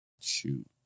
shoot